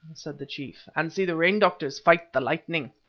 said the chief, and see the rain-doctors fight the lightning.